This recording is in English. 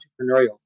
entrepreneurial